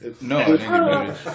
No